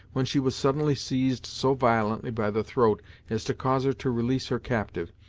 when she was suddenly seized so violently by the throat as to cause her to release her captive,